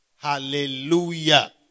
Hallelujah